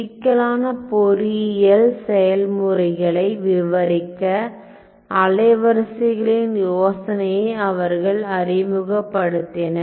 சிக்கலான பொறியியல் செயல்முறைகளை விவரிக்க அலைவரிசைகளின் யோசனையை அவர்கள் அறிமுகப்படுத்தினர்